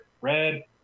red